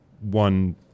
one